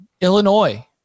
Illinois